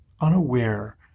unaware